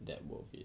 that worth it